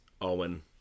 Owen